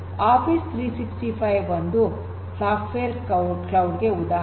office ೩೬೫ ಒಂದು software cloud ಗೆ ಉದಾಹರಣೆ